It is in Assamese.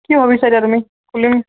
কি ভাবিছা এতিয়া তুমি